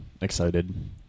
excited